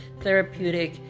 therapeutic